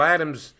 Adams